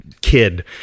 kid